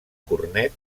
cornet